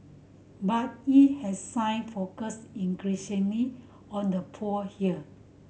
but it has sign focused increasingly on the poor here